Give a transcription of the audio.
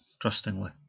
trustingly